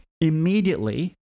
Immediately